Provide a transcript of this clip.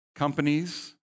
Companies